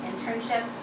internship